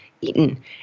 eaten